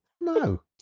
No